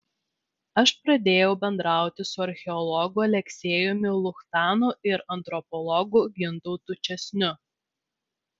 aš pradėjau bendrauti su archeologu aleksejumi luchtanu ir antropologu gintautu česniu